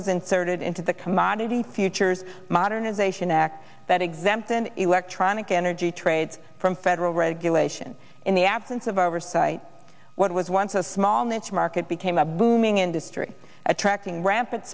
was inserted into the commodity futures modernization act that exempt an electronic energy trades from federal regulation in the absence of oversight what was once a small niche market became a booming industry attracting ra